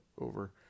over